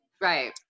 Right